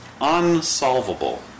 unsolvable